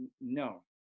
no